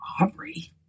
Aubrey